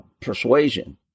persuasion